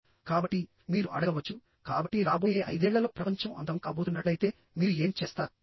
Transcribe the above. కాబట్టి మీరు అడగవచ్చు కాబట్టి రాబోయే ఐదేళ్లలో ప్రపంచం అంతం కాబోతున్నట్లయితే మీరు ఏమి చేస్తారు